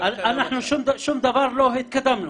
אנחנו בשום דבר לא התקדמנו.